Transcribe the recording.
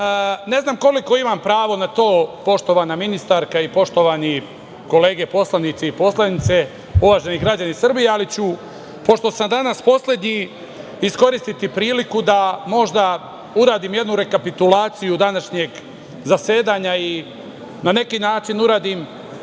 znam koliko imamo pravo na to, poštovana ministarka i poštovane kolege poslanici i poslanice, uvaženi građani Srbije, ali ću, pošto sam danas poslednji, iskoristiti priliku da možda uradim jednu rekapitulaciju današnjeg zasedanja i na neki način uradim